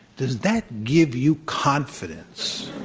does that give you confidence?